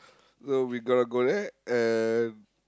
so we gotta go there and